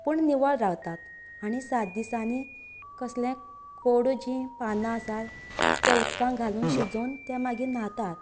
पुण निवळ रावतात आनी सात दिसांनी कसले कोडू जी पानांत आसा त्या उदकांत घालून शिजोवन ते मागीर न्हांतात